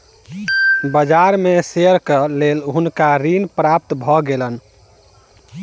बाजार में शेयरक लेल हुनका ऋण प्राप्त भ गेलैन